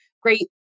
great